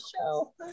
show